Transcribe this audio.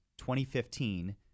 2015